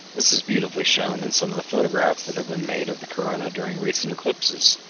this is beautifully shown in some of the photographs that have been made of the corona during recent eclipses.